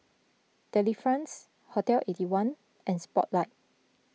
Delifrance Hotel Eighty One and Spotlight